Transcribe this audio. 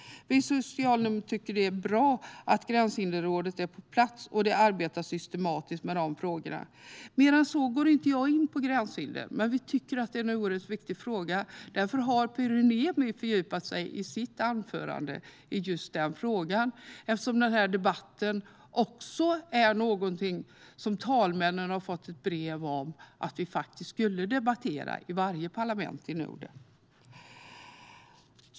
Vi socialdemokrater tycker att det är bra att Gränshinderrådet är på plats och arbetar systematiskt med dessa frågor. Jag går inte in på gränshinder mer än så. Men eftersom vi tycker att det är en viktig fråga kommer Pyry Niemi i sitt anförande att fördjupa sig i just den. Talmännen har nämligen också fått brev om att varje parlament i Norden ska debattera frågan.